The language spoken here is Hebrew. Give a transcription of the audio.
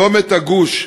צומת הגוש,